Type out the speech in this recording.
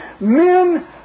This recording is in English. men